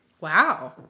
Wow